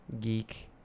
Geek